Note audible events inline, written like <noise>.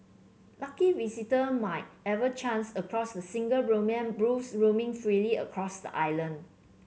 lucky visitor might <unintelligible> chance across the single Brahman bulls roaming freely across the island